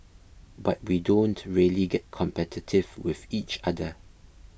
but we don't really get competitive with each other